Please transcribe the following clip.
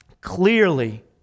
clearly